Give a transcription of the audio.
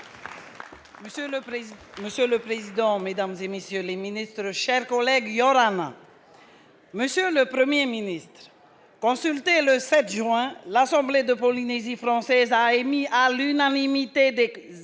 Monsieur le président, mesdames, messieurs les ministres, mes chers collègues, '! Monsieur le Premier ministre, consultée le 7 juin, l'Assemblée de Polynésie française a émis à l'unanimité des courants